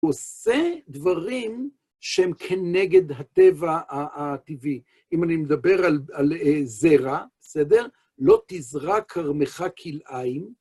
עושה דברים שהם כנגד הטבע הטבעי. אם אני מדבר על זרע, בסדר? לא תזרע כרמך כלאיים.